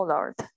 Lord